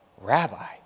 Rabbi